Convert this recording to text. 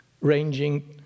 ranging